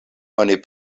oni